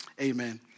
amen